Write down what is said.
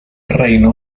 reino